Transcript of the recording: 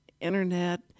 Internet